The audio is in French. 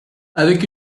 avec